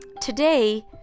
today